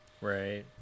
Right